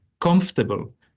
comfortable